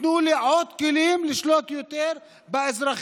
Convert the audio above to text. תנו לי עוד כלים לשלוט יותר באזרחים,